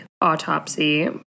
autopsy